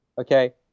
okay